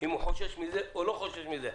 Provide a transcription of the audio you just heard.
אם הוא חושש מזה או לא חושש מזה?